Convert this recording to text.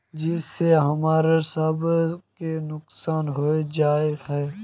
जिस से हमरा सब के नुकसान होबे जाय है?